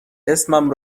اسمم